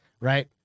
right